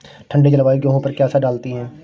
ठंडी जलवायु गेहूँ पर क्या असर डालती है?